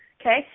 okay